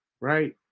right